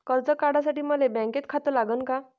कर्ज काढासाठी मले बँकेत खातं लागन का?